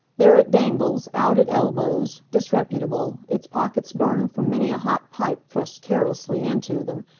there it dangles, out at elbows, disreputable, its pockets burned from many a hot pipe thrust carelessly into them,